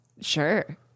Sure